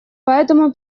поэтому